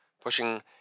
Pushing